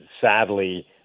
sadly